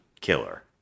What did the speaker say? killer